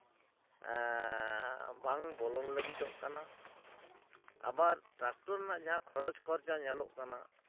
ᱵᱟᱝ ᱵᱚᱞᱚᱱ ᱞᱟᱹᱜᱤᱫᱚᱜ ᱠᱟᱱᱟ ᱟᱵᱟᱨ ᱴᱨᱟᱠᱴᱚᱨ ᱨᱮᱱᱟᱜ ᱡᱟᱦᱟᱸ ᱠᱷᱚᱨᱚᱪ ᱠᱷᱚᱨᱪᱟ ᱧᱮᱞᱚᱜ ᱠᱟᱱᱟ